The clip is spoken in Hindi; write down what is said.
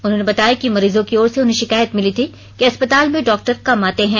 उन्होंने बताया कि मरीजों की ओर से उन्हें शिकायत मिली थी कि अस्पताल में डॉक्टर कम आते हैं